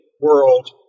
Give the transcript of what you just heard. world